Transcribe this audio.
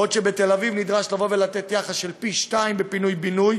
בעוד שבתל-אביב נדרש לבוא ולתת יחס של פי-שניים בפינוי-בינוי,